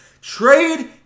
trade